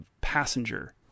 passenger